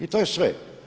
I to je sve.